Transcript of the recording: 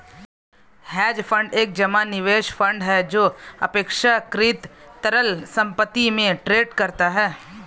hedge fund एक जमा निवेश फंड है जो अपेक्षाकृत तरल संपत्ति में ट्रेड करता है